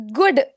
good